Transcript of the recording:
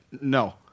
no